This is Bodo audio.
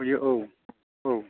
खुयो औ औ